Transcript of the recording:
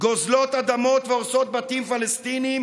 גוזלות אדמות והורסות בתים פלסטיניים